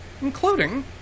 including